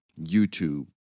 youtube